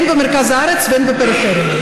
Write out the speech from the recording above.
הן במרכז הארץ והן בפריפריה.